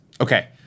Okay